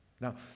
Now